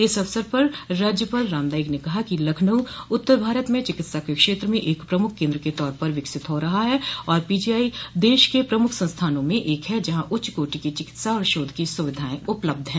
इस अवसर पर राज्यपाल राम नाईक ने कहा कि लखनऊ उत्तर भारत में चिकित्सा के क्षेत्र में एक प्रमुख केन्द्र के तौर पर विकसित हो रहा है और पीजीआई देश के प्रमुख संस्थानों में से एक है जहां उच्चकोटि की चिकित्सा और शोध की सुविधाएं उपलब्ध है